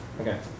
Okay